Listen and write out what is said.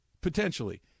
Potentially